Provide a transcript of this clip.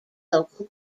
local